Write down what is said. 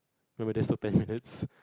ten minutes